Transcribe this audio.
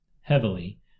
heavily